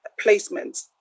placements